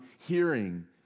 hearing